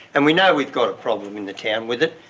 and we know we've got a problem in a town with it.